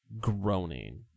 groaning